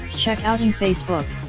check outon facebook!